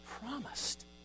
promised